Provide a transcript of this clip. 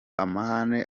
amahane